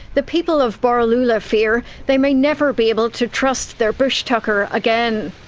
the people of borroloola fear they may never be able to trust their bush tucker again.